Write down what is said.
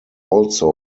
also